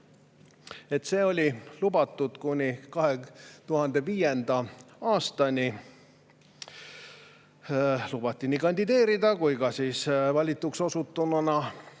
See oli lubatud kuni 2005. aastani. Lubati nii kandideerida kui ka valituks osutununa